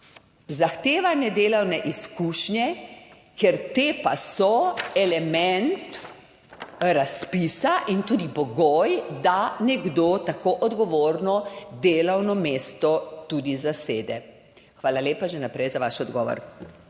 zahtevane delovne izkušnje? Ker te pa so element razpisa in tudi pogoj, da nekdo tako odgovorno delovno mesto zasede. Hvala lepa že vnaprej za vaš odgovor.